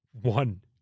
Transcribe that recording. one